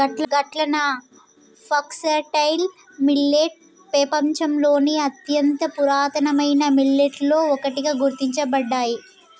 గట్లన foxtail millet పెపంచంలోని అత్యంత పురాతనమైన మిల్లెట్లలో ఒకటిగా గుర్తించబడ్డాయి